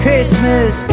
Christmas